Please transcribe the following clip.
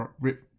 Rip